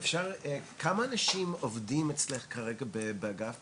כמה אנשים עובדים אצלך כרגע באגף?